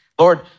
Lord